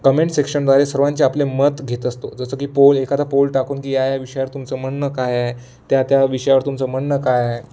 comment सेक्शनद्वारे सर्वांची आपले मत घेत असतो जसं कि पोल एखादा पोल टाकून की या विषयावर तुमचं म्हणंन काय आहे त्या विषयावर तुमचं म्हणनं काय आहे